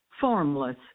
formless